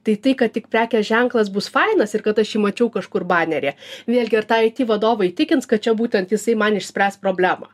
tai tai kad tik prekės ženklas bus fainas ir kad aš jį mačiau kažkur baneryje vėlgi ar tą it vadovą įtikins kad čia būtent jisai man išspręs problemą